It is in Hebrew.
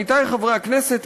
עמיתי חברי הכנסת,